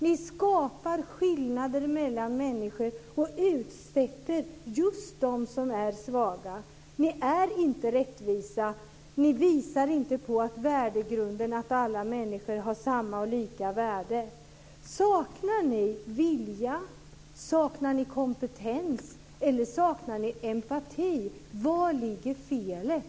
Ni skapar skillnader mellan människor och utsätter just dem som är svaga. Ni är inte rättvisa. Ni visar inte värdegrunden att alla människor har samma och lika värde. Saknar ni vilja, saknar ni kompetens eller saknar ni empati? Var ligger felet?